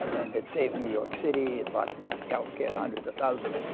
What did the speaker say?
and had saved new york city, and brought health care to hundreds of thousands,